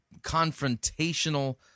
confrontational